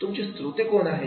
तुमचे श्रोते कोण आहेत